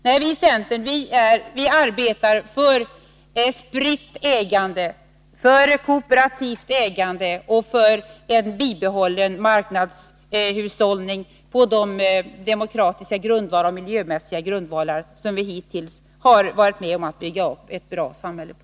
Vi i centern arbetar för spritt ägande, för kooperativt ägande och för en bibehållen marknadshushållning på de demokratiska, sociala och miljömäs siga grundvalar som vi hittills har varit med om att bygga upp ett bra samhälle på.